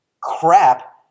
crap